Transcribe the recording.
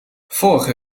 vorige